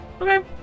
Okay